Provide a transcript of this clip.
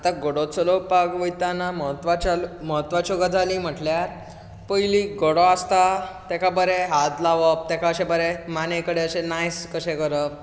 आता घोडो चलोवपाक वयताना महत्वाचें महत्वाच्यो गजाली म्हटल्यार पयली घोडो आसता तेका बरें हात लावप तेका अशें बरें माने कडेन अशें नायस कशें करप